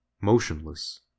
motionless